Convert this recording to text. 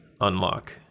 unlock